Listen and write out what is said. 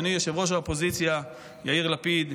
אדוני יושב-ראש האופוזיציה יאיר לפיד,